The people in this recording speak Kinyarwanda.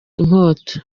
inkota